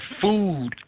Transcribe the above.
food